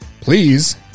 Please